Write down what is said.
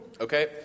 Okay